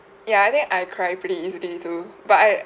ya I think I cry pretty easily too but I